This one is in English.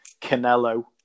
Canelo